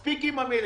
מספיק עם המילים.